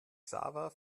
xaver